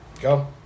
Go